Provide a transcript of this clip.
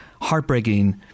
heartbreaking